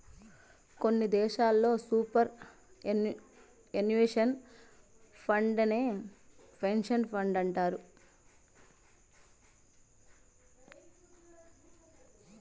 కొన్ని దేశాల్లో superannuation ఫండేనే పెన్సన్ ఫండంటారు